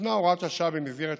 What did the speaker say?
תוקנה הוראת השעה במסגרת חוק-יסוד: